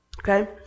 Okay